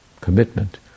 commitment